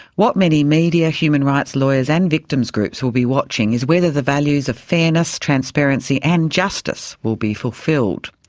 what many media, human rights lawyers and victims groups will be watching is whether the values of fairness, transparency and justice will be fulfilled.